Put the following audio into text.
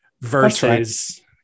versus